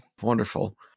Wonderful